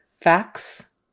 facts